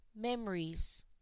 memories